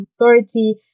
authority